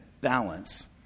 balance